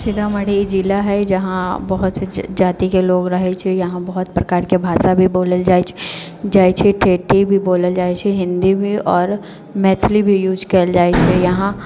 सीतामढ़ी जिला हइ जहाँ बहुत से जातिके लोग रहैत छै यहाँ बहुत प्रकारके भाषा भी बोलल जाइत छै ठेठही भी बोलल जाइत छै हिन्दी भी आओर मैथिली भी यूज कयल जाइत छै यहाँ